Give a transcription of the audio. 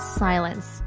silence